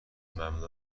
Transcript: مملو